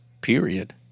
period